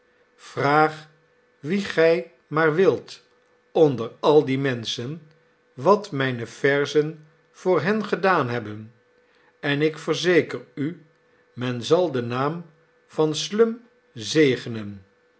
vraag wien gij maar wilt onder al die menschen wat mijne verzen voor hen gedaan hebben en ik verzeker u men zal den naam van slum zegenen